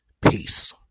Peace